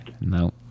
No